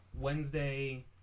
Wednesday